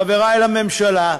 חברי הממשלה,